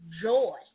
joy